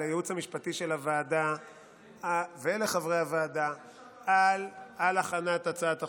לייעוץ המשפטי של הוועדה ולחברי הוועדה על הכנת הצעת החוק,